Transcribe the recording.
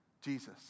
Jesus